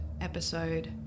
episode